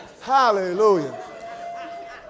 Hallelujah